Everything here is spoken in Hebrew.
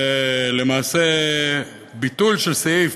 זה למעשה ביטול של סעיף